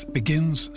begins